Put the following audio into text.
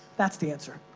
that's the answer.